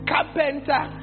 Carpenter